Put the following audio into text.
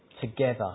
together